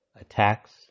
attacks